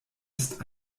ist